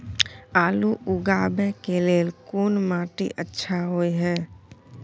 आलू उगाबै के लेल कोन माटी अच्छा होय है?